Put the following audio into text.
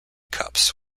cups